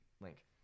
link